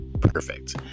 perfect